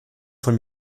von